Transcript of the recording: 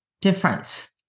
difference